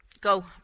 Go